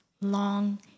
long